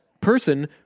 person